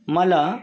मला